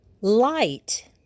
Light